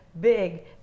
big